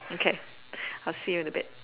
okay I'll see you in a bit